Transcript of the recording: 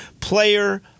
player